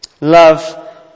Love